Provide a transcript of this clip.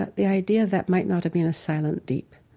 but the idea that might not have been a silent deep,